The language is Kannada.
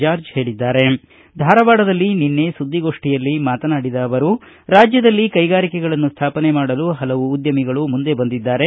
ಜಾರ್ಜ ಹೇಳಿದ್ದಾರೆ ಧಾರವಾಡದಲ್ಲಿ ನಿನ್ನೆ ಸುದ್ದಿಗೋಷ್ಠಿಯಲ್ಲಿ ಮಾತನಾಡಿದ ಅವರು ರಾಜ್ಯದಲ್ಲಿ ಕೈಗಾರಿಕೆಗಳನ್ನು ಸ್ಠಾಪನೆ ಮಾಡಲು ಹಲವು ಉದ್ದಮಿಗಳು ಮುಂದೆ ಬಂದಿದ್ದಾರೆ